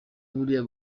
buriya